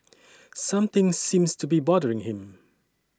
something seems to be bothering him